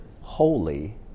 holy